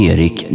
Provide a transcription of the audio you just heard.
Erik